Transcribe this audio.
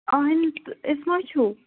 اہنہِ تہٕ اِسما چھُو